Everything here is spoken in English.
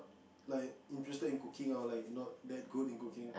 like interested in cooking or like not that good in cooking